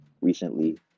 recently